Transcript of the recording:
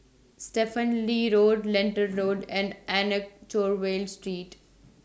Stephen Lee Road Lentor Road and Anchorvale Street